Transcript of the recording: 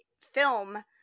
film